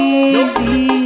easy